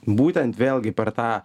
būtent vėlgi per tą